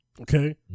Okay